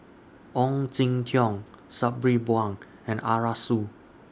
Ong Jin Teong Sabri Buang and Arasu